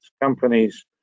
companies